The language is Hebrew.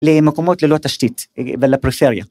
למקומות ללא תשתית ולפריפריה.